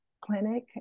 clinic